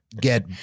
get